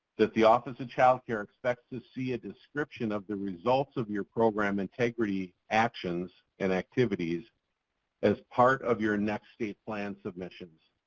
that the office of child care expects to see a description of the results of your program integrity actions and activities as part of your next state plan submissions.